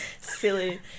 Silly